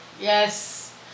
Yes